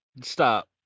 Stop